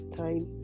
time